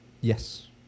Yes